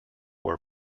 where